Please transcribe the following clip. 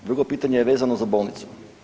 Drugo pitanje je vezano za bolnicu.